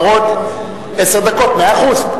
בר-און, עשר דקות, מאה אחוז.